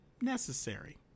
necessary